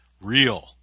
real